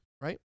right